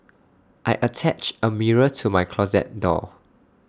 I attached A mirror to my closet door